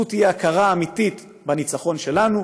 זו תהיה הכרה אמיתית בניצחון שלנו,